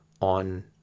on